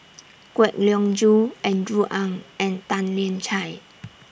Kwek Leng Joo Andrew Ang and Tan Lian Chye